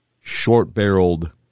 short-barreled